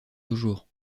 toujours